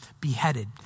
beheaded